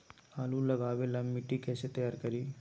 आलु लगावे ला मिट्टी कैसे तैयार करी?